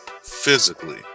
physically